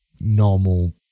normal